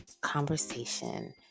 conversation